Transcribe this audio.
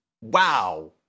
wow